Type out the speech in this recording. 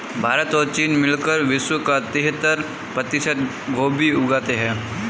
भारत और चीन मिलकर विश्व का तिहत्तर प्रतिशत गोभी उगाते हैं